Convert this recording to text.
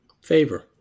Favor